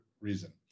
reason